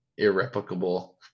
irreplicable